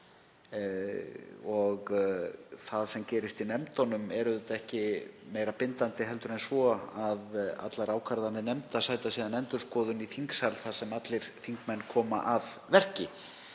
er. Það sem gerist í nefndunum er ekki meira bindandi en svo að allar ákvarðanir nefnda sæta síðan endurskoðun í þingsal þar sem allir þingmenn koma að verki.